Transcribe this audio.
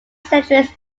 centuries